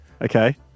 Okay